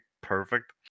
perfect